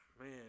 man